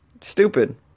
Stupid